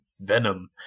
Venom